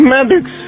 Maddox